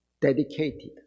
dedicated